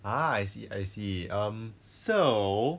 ah I see I see um so